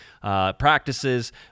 practices